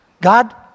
God